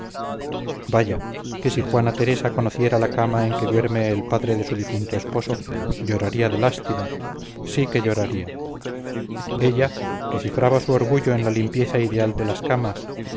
vaya que si juana teresa conociera la cama en que duerme el padre de su difunto esposo lloraría de lástima sí que lloraría ella que cifra su orgullo en la limpieza ideal de las camas